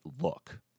look